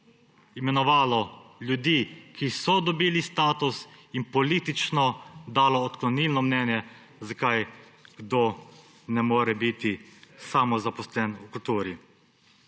imenovalo ljudi, ki so dobili status, in politično dalo odklonilno mnenje, zakaj kdo ne more biti samozaposlen v kulturi.